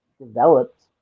developed